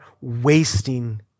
wasting